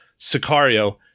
Sicario